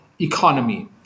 economy